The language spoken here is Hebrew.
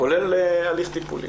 כולל הליך טיפולי.